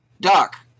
Doc